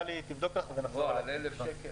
גלי תבדוק לך ונחזור אליך עם תשובה.